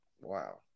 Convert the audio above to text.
Wow